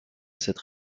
cette